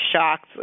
shocked